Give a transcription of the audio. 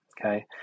okay